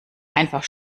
einfach